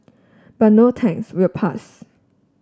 but no thanks we'll pass